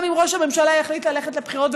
גם אם ראש הממשלה יחליט ללכת לבחירות,